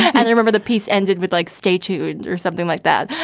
and i remember the piece ended with like stay tuned or something like that.